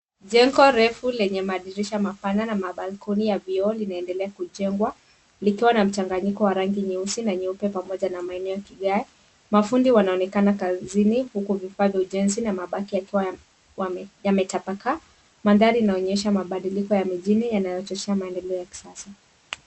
Jengi refu lenye madirisha mapana na balconies ya vioo linaendelea kujengwa likiwa na mchanganyiko wa rangi nyeusi na nyeupe pamoja na maeneo ya kigae. Mafundi wanaonekana kazini huku vifaa vya ujenzi na mabati yakiwa yametapakaa. Mandhari inaonyesha mabadiliko ya mijini yanayochochea maendeleo ya kisasa.